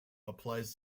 applies